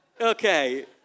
Okay